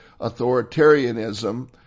authoritarianism